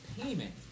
payment